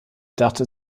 dachte